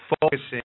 Focusing